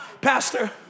pastor